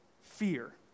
fear